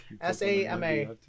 S-A-M-A